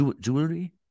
jewelry